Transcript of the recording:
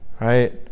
right